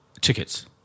Tickets